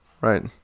Right